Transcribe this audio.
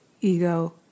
ego